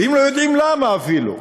והם לא יודעים למה אפילו.